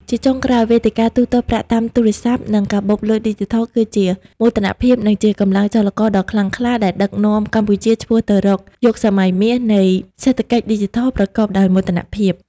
ជាចុងក្រោយ វេទិកាទូទាត់ប្រាក់តាមទូរស័ព្ទ និងកាបូបលុយឌីជីថល គឺជាមោទនភាព និងជាកម្លាំងចលករដ៏ខ្លាំងក្លាដែលដឹកនាំកម្ពុជាឆ្ពោះទៅរកយុគសម័យមាសនៃសេដ្ឋកិច្ចឌីជីថលប្រកបដោយមោទនភាព។